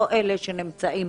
לא את אלה שנמצאים